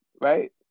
right